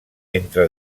entre